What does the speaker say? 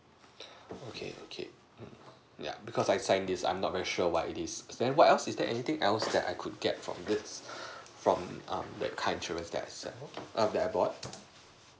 okay okay mm yeah because I signed this I'm not very sure what it is then what else is there anything else that I could get from this from um the car insurance that I signed up err that I bought